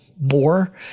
more